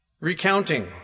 recounting